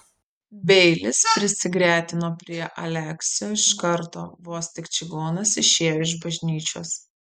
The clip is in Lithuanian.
beilis prisigretino prie aleksio iš karto vos tik čigonas išėjo iš bažnyčios